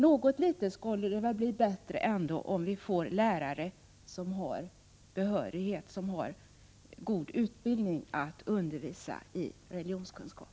Något bättre skulle det väl bli, om vi får lärare som har behörighet, dvs. god utbildning för att undervisa i religionskunskap.